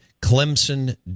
Clemson